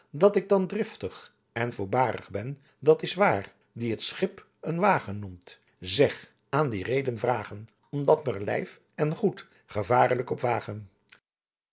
dat ik dan driftig en voorbaarig ben dat s waar die t schip een wagen noemd zeg aan die reden vragen omdat m'er lijf en goet gevarelijk op wagen